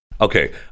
okay